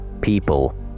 people